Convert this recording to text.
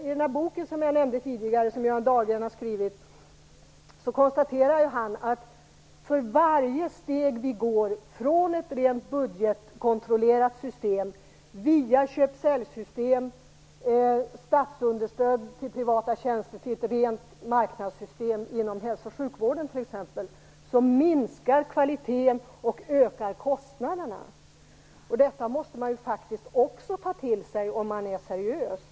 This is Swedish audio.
I den bok av Göran Dahlgren som jag nämnde tidigare konstaterar han, att för varje steg vi går från ett rent budgetkontrollerat system, via köp-- sälj-system och statsunderstöd till privata tjänster, till ett rent marknadssystem inom t.ex. hälso och sjukvården, minskar kvaliteten och ökar kostnaderna. Detta måste man också ta till sig, om man är seriös.